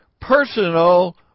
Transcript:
personal